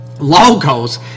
logos